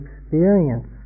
experience